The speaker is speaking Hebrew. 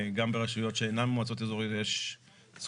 גם ברשויות שהן אינן מועצות אזוריות יש סכומים